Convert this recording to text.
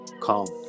Calm